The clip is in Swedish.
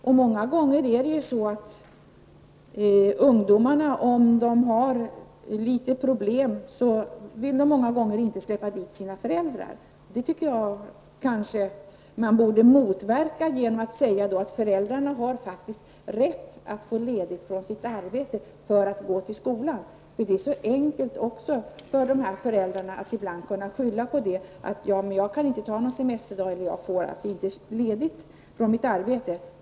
Om ungdomarna har problem vill de många gånger inte släppa in sina föräldrar i skolan. Det tycker jag att man borde motverka genom att säga att föräldrarna faktiskt har rätt att få ledigt från sitt arbete för att gå till skolan. Det är annars så enkelt för föräldrarna att skylla på att de inte kan ta ut någon semesterdag eller att de inte får ledigt från sina arbeten.